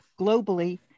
globally